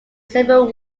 several